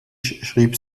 schrieb